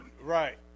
Right